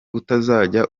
utazajya